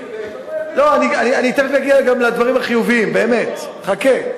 לא, אני תיכף מגיע גם לדברים החיוביים, באמת, חכה.